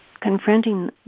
confronting